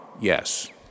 Yes